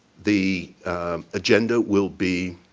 the agenda will be